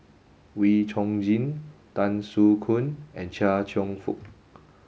Wee Chong Jin Tan Soo Khoon and Chia Cheong Fook